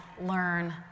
learn